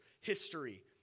history